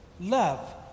love